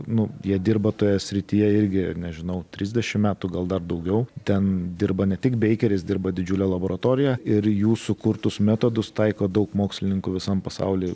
nu jie dirba toje srityje irgi nežinau trisdešim metų gal dar daugiau ten dirba ne tik beikeris dirba didžiulė laboratorija ir jų sukurtus metodus taiko daug mokslininkų visam pasauly